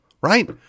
right